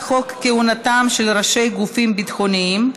חוק כהונתם של ראשי גופים ביטחוניים,